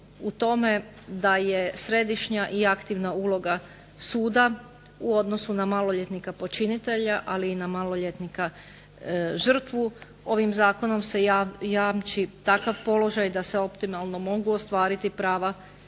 u tome da je središnja i aktivna uloga suda u odnosu na maloljetnika počinitelja, ali i na maloljetnika žrtvu ovim Zakonom se jamči takav položaj da se optimalno mogu ostvariti prava